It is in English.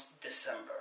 December